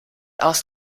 aus